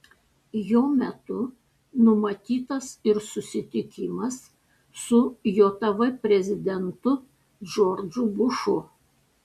jo metu numatytas ir susitikimas su jav prezidentu džordžu bušu